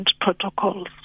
protocols